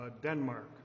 Denmark